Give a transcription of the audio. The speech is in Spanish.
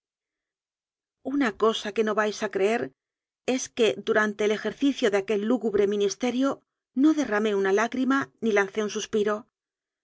una cosa que no vais a creer es que durante el ejercicio de aquel lúgubre ministerio no derramé una lágrima ni lancé un suspiro